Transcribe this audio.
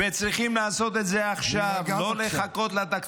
להירגע, בבקשה.